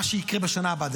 מה שיקרה בשנה הבאה,